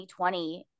2020